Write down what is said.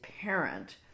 parent